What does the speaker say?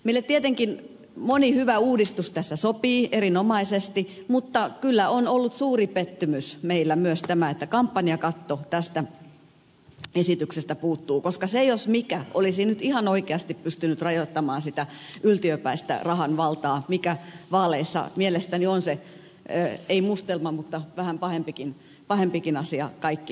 meille tietenkin moni hyvä uudistus tässä sopii erinomaisesti mutta kyllä on ollut suuri pettymys meillä myös tämä että kampanjakatto tästä esityksestä puuttuu koska se jos mikä olisi nyt ihan oikeasti pystynyt rajoittamaan sitä yltiöpäistä rahan valtaa mikä vaaleissa mielestäni on se ei mustelma mutta vähän pahempikin asia kaikkinensa